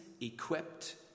Equipped